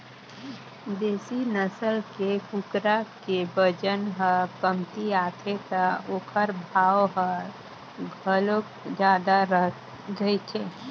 देसी नसल के कुकरा के बजन ह कमती आथे त ओखर भाव ह घलोक जादा रहिथे